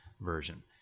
version